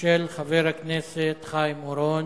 של חבר הכנסת חיים אורון.